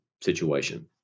situation